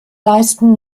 leisten